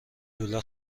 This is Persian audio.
لوله